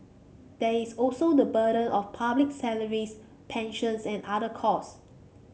there is also the burden of public salaries pensions and other costs